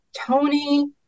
Tony